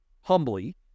humbly